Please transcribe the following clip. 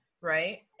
right